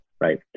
right